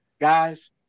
guys